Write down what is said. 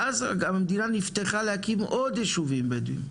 ואז המדינה גם נפתחה להקים עוד יישובים בדואים,